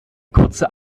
kurze